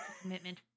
Commitment